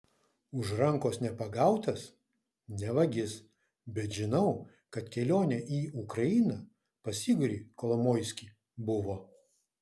už rankos nepagautas ne vagis bet žinau kad kelionė į ukrainą pas igorį kolomoiskį buvo